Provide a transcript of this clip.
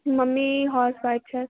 mummy housewife छथि